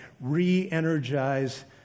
re-energize